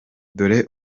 dore